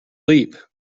leap